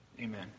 Amen